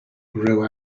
grow